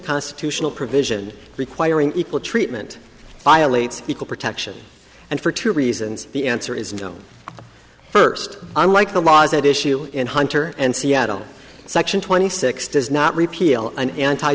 constitutional provision requiring equal treatment violates equal protection and for two reasons the answer is no first unlike the laws that issue in hunter and seattle section twenty six does not repeal an anti